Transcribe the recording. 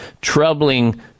troubling